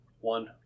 one